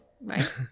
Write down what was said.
right